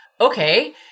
okay